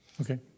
Okay